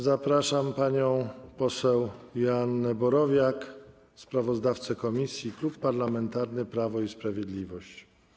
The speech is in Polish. Zapraszam panią poseł Joannę Borowiak, sprawozdawcę komisji, Klub Parlamentarny Prawo i Sprawiedliwość.